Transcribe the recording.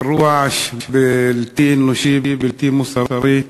אירוע בלתי אנושי, בלתי מוסרי,